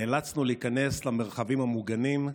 נאלצנו להיכנס למרחבים המוגנים.